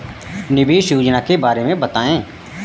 निवेश योजना के बारे में बताएँ?